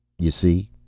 you see?